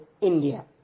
India